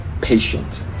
patient